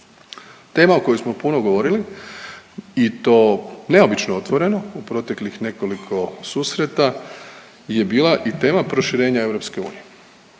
Tema o kojoj smo puno govorili i to neobično otvoreno u proteklih nekoliko susreta je bila i tema proširenja EU.